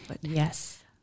Yes